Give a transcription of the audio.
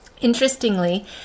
Interestingly